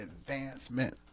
advancement